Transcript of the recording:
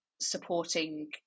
supporting